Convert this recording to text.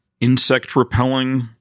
insect-repelling